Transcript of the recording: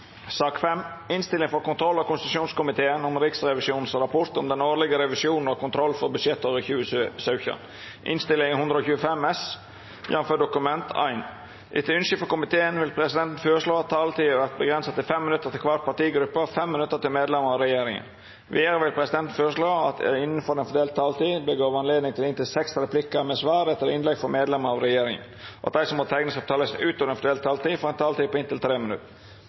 konstitusjonskomiteen vil presidenten føreslå at taletida vert avgrensa til 5 minutt til kvar partigruppe og 5 minutt til medlemer av regjeringa. Vidare vil presidenten føreslå at det – innanfor den fordelte taletida – vert gjeve høve til replikkordskifte på inntil seks replikkar med svar etter innlegg frå medlemer av regjeringa, og at dei som måtte teikna seg på talarliste utover den fordelte taletida, får ei taletid på inntil 3 minutt.